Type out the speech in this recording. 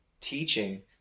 teaching